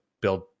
build